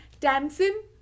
Tamsin